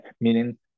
meaning